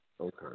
Okay